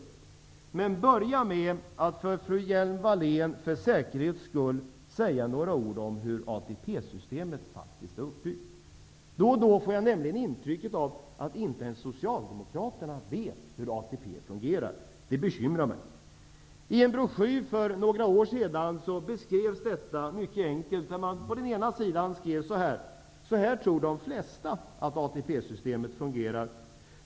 Jag vill börja med att till fru Hjelm-Wallén för säkerhets skull säga några ord om hur ATP-systemet faktiskt är uppbyggt. Då och då får jag nämligen ett intryck av att inte ens Socialdemokraterna vet hur ATP-systemet fungerar. Det bekymrar mig. I en broschyr som kom ut för några år sedan beskrevs detta mycket enkelt. På en sida stod det: Så här tror de flesta att ATP-systemet fungerar.